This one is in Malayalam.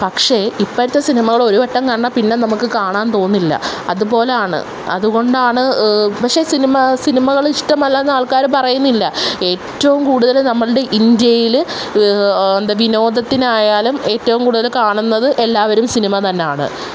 പക്ഷെ ഇപ്പോഴത്തെ സിനിമകൾ ഒരു വട്ടം കണ്ടാൽ പിന്നെ നമുക്ക് കാണാൻ തോന്നില്ല അതുപോലെയാണ് അതുകൊണ്ടാണ് പക്ഷെ സിനിമ സിനിമകൾ ഇഷ്ടമല്ല എന്ന് ആൾക്കാർ പറയുന്നില്ല ഏറ്റവും കൂടുതൽ നമ്മളുടെ ഇന്ത്യയിൽ എന്താ വിനോദത്തിനായാലും ഏറ്റവും കൂടുതൽ കാണുന്നത് എല്ലാവരും സിനിമ തന്നെയാണ്